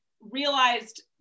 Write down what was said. realized